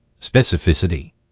specificity